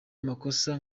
amakosa